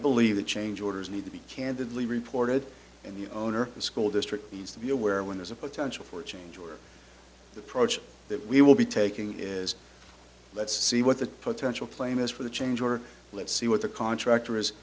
believe the change orders need to be candidly reported and the owner the school district needs to be aware when there's a potential for change your approach that we will be taking is let's see what the potential claim is for the change or let's see what the contractor is